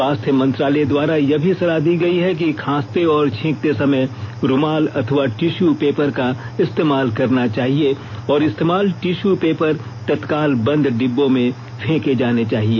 स्वास्थ्य मंत्रालय द्वारा यह भी सलाह दी गई है कि खांसते और छींकते समय रूमाल अथवा टिश्यू पेपर का इस्तेमाल करना चाहिए और इस्तेमाल टिश्यू पेपर तत्काल बंद डिब्बों में फेंके जाने चाहिए